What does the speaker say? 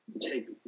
take